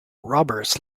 robbers